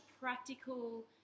practical